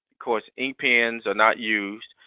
course ink pens are not used.